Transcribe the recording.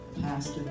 pastor